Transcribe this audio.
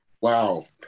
wow